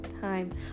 time